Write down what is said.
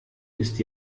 ist